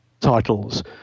titles